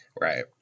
Right